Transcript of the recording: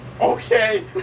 Okay